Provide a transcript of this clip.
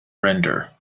render